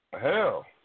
hell